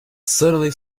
suddenly